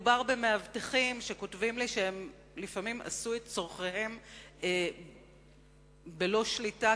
מדובר במאבטחים שכותבים לי שהם לפעמים עשו את צורכיהם בלא שליטה,